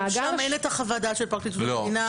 ושם אין את חוות הדעת של פרקליטות המדינה.